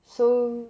so